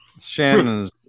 Shannon's